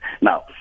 Now